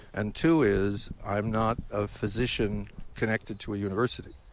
and two is i'm not a physician connected to a university.